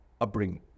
upbringing